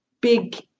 big